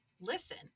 listen